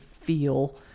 feel